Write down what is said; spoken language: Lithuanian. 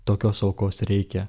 tokios aukos reikia